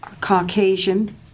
Caucasian